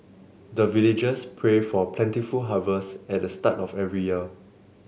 the villagers pray for plentiful harvests at the start of every year